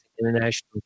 international